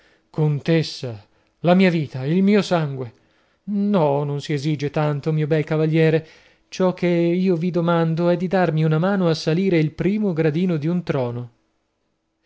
contessa la mia vita il mio sangue no non si esige tanto mio bel cavaliere ciò che io vi domando è di darmi una mano a salire il primo gradino di un trono